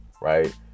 right